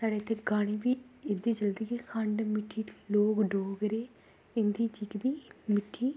साढ़े इद्धर गाने बी एह् जेह् चलदे की खंड मिट्ठे लोक डोगरे उंदी जेह्कड़ी मिट्ठी